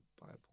Bible